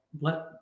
Let